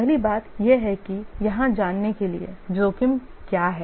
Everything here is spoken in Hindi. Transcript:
पहली बात यह है कि यहाँ जानने के लिए जोखिम क्या है